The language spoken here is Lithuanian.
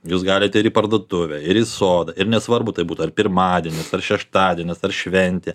jūs galite ir į parduotuvę ir į sodą ir nesvarbu tai būtų ar pirmadienis ar šeštadienis ar šventė